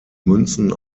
münzen